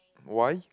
why